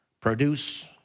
produce